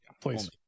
Please